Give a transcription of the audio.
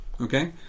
okay